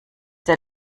der